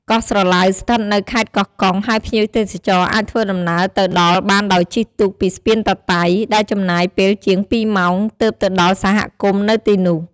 កោះស្រឡៅ ស្ថិតនៅខេត្តកោះកុង ហើយភ្ញៀវទេសចរអាចធ្វើដំណើរទៅដល់បានដោយជិះទូកពីស្ពានតាតៃ ដែលចំណាយពេលជាង ២ ម៉ោង ទើបទៅដល់សហគមន៍នៅទីនោះ។